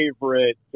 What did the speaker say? favorite